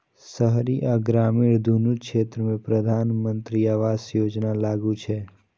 शहरी आ ग्रामीण, दुनू क्षेत्र मे प्रधानमंत्री आवास योजना लागू छै